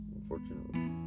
unfortunately